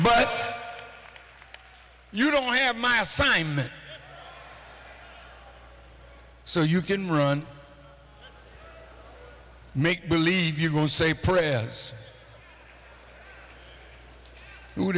but you don't have my assignment so you can run make believe you go say pray as who